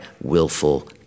willful